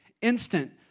instant